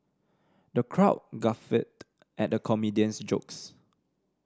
the crowd guffawed at the comedian's jokes